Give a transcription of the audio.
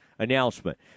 Announcement